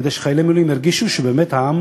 כדי שחיילי מילואים ירגישו שבאמת העם